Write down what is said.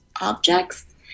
objects